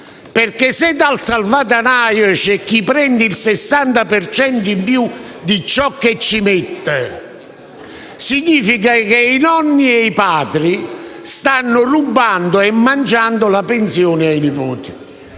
perché, se dal salvadanaio c'è chi prende il 60 per cento in più di ciò che mette, significa che i nonni e i padri stanno rubando e mangiando la pensione ai nipoti.